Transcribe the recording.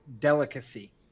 delicacy